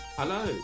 Hello